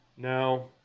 No